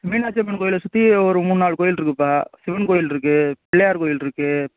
மீனாட்சியம்மன் கோயிலை சுற்றி ஒரு மூணு நாலு கோயில் இருக்குதுப்பா சிவன் கோயில் இருக்குது பிள்ளையார் கோயில் இருக்குது